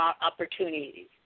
opportunities